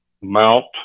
mount